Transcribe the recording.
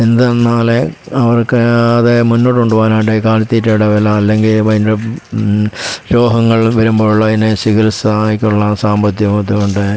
എന്തെന്നാൽ അവർക്ക് അതു മുന്നോട്ടു കൊണ്ടു പോകാനായിട്ട് കാലിത്തീറ്റയുടെ വില അല്ലെങ്കിൽ ഭയങ്കര രോഗങ്ങൾ വരുമ്പോഴുള്ള അതിനെ ചികിത്സയ്ക്കുള്ള സാമ്പത്തിക ബുദ്ധിമുട്ട്